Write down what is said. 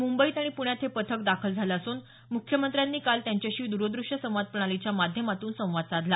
मुंबईत आणि पुण्यात हे पथक दाखल झालं असून मुख्यमंत्र्यांनी काल त्यांच्याशी द्रदूश्य संवाद प्रणालीच्या माद्यमातून संवाद साधला